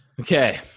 Okay